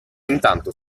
intanto